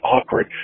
awkward